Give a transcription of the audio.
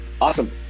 Awesome